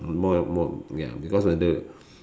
more and more ya because of the